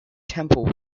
temple